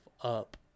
up